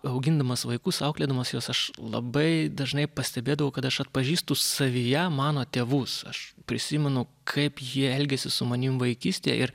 augindamas vaikus auklėdamas juos aš labai dažnai pastebėdavau kad aš atpažįstu savyje mano tėvus aš prisimenu kaip jie elgėsi su manim vaikystėje ir